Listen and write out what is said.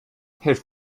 helft